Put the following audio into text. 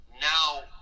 now